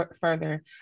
further